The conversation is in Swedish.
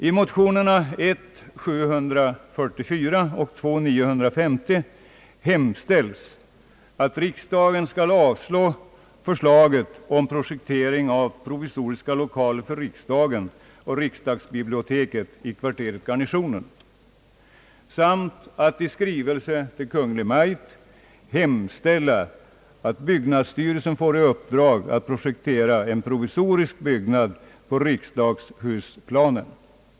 I motionerna I: 744 och II: 950 hemställes, att riksdagen skall avslå förslaget om projektering av provisoriska lokaler för riksdagen och riksdagsbiblioteket i kvarteret Garnisonen samt i skrivelse till Kungl. Maj:t hemställa att byggnadsstyrelsen får i uppdrag att projektera en provisorisk byggnad på riksdagshusplanen.